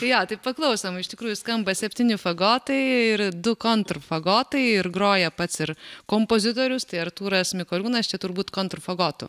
jo tai paklausom iš tikrųjų skamba septyni fagotai ir du kantrfagotai ir groja pats ir kompozitorius tai artūras mikoliūnas čia turbūt kantrfagotu